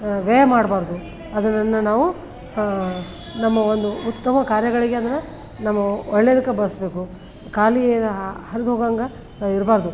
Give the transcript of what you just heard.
ವ್ಯಯ ಮಾಡಬಾರ್ದು ಅದನ್ನ ನಾವು ನಮ್ಮ ಒಂದು ಉತ್ತಮ ಕಾರ್ಯಗಳಿಗೆ ಅದನ್ನು ನಾವು ಒಳ್ಳೇದಕ್ಕೆ ಬಳಸ್ಬೇಕು ಖಾಲಿ ಹರ್ದುಹೋಗಂಗ ಇರಬಾರ್ದು